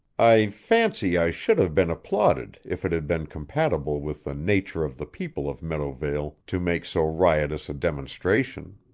i fancy i should have been applauded if it had been compatible with the nature of the people of meadowvale to make so riotous a demonstration.